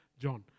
John